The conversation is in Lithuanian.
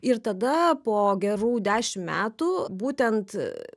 ir tada po gerų dešimt metų būtent